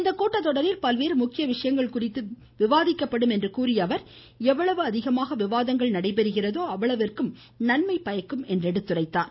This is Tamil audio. இக்கூட்டத்தொடரில் பல்வேறு முக்கிய வியங்கள் குறித்து விவாதிக்கப்படும் என்று கூறியஅவர் எவ்வளவு அதிகமாக விவாதங்கள் நடைபெறுகிறதோ அவ்வளவிற்கும் நன்மை பயக்கும் என்றார்